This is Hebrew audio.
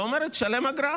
היא אומרת: תשלם אגרה.